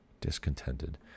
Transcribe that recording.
discontented